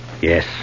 Yes